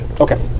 Okay